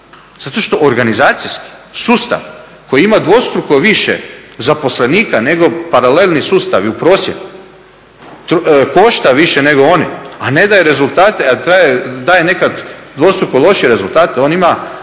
zato što organizacijski sustav koji ima dvostruko više zaposlenika nego paralelni sustavi u prosjeku, košta više nego oni, a ne daje rezultate, a daje nekad dvostruko lošije rezultate. On ima